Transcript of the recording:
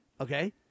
Okay